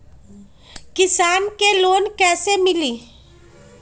किसान के लोन कैसे मिली?